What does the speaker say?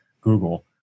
Google